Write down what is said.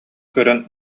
көрөн